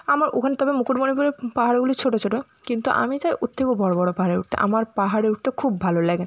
আমার ওখানে তবে মুকুটমণিপুরের পাহাড়গুলি ছোটো ছোটো কিন্তু আমি চাই ওর থেকেও বড়ো বড়ো পাহাড়ে উঠতে আমার পাহাড়ে উঠতে খুব ভালো লাগে